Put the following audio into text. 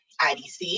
IDC